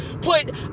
put